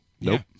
Nope